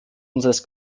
unseres